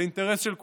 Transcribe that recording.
זה אינטרס של כולנו.